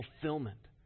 fulfillment